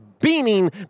beaming